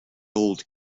old